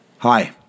Hi